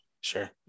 sure